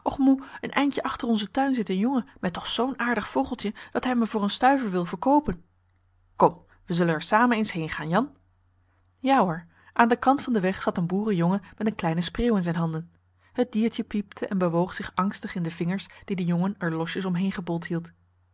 een eindje achter onzen tuin zit een jongen met toch zoo'n aardig vogeltje dat hij me voor een stuiver wil verkoopen kom we zullen er samen eens heen gaan jan ja hoor aan den kant van den weg zat een boerenjongen met een kleine spreeuw in zijn handen het diertje piepte en bewoog zich angstig in de vingers die de jongen er losjes om heen gebold hield